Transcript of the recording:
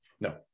No